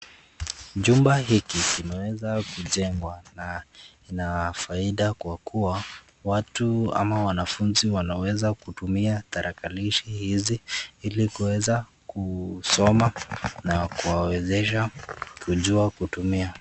Jumba hiki kimeweza kujengwa na ina faida kwa kuwa watu ama wanafunzi wanaweza kutumia tarakilishi hizi ili kuweza kusoma na kuwawezesha kujua kutumia.